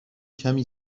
کمی